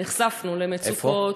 נחשפנו למצוקות, איפה?